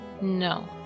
No